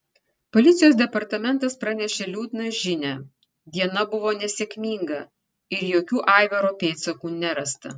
policijos departamentas pranešė liūdną žinią diena buvo nesėkminga ir jokių aivaro pėdsakų nerasta